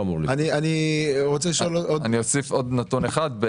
אני אוסיף עוד נתון אחד.